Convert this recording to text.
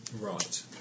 right